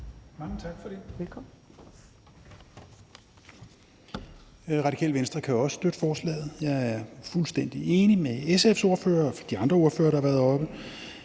Mange tak for det.